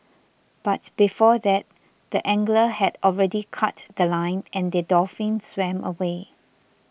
but before that the angler had already cut The Line and the dolphin swam away